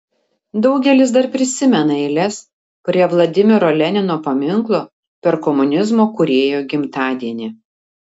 daugelis dar prisimena eiles prie vladimiro lenino paminklo per komunizmo kūrėjo gimtadienį